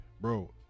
Bro